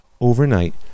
Overnight